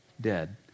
dead